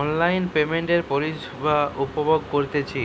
online পেমেন্টের পরিষেবা উপভোগ করতেছি